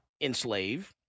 enslave